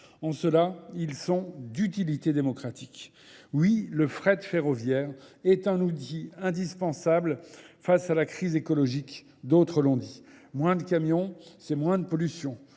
En cela, ils sont d'utilité démocratique. Oui, le fret ferroviaire est un outil indispensable face à la crise écologique. D'autres l'ont dit. Moins de camions, c'est moins de pollution.